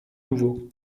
nouveau